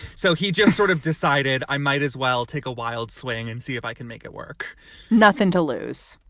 so he just sort of decided i might as well take a wild swing and see if i can make it work nothing to lose,